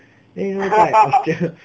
then 如果 like australia